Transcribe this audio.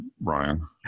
Brian